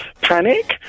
panic